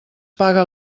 paga